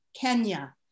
Kenya